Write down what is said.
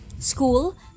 school